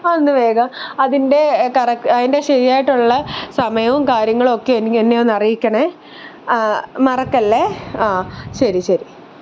അതൊന്നു വേഗം അതിന്റെ കറക്ട് അതിന്റെ ശരിയായിട്ടുള്ള സമയവും കാര്യങ്ങളുമൊക്കെ എനിക്ക് എന്നെ ഒന്ന് അറിയിക്കണേ മറക്കല്ലേ ആ ശരി ശരി